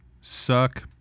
suck